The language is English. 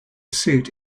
suit